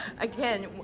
again